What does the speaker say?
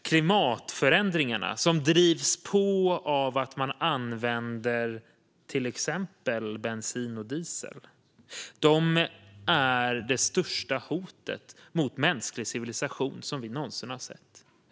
Klimatförändringarna som drivs på av att man använder till exempel bensin och diesel är det största hotet mot mänsklig civilisation som vi någonsin har sett.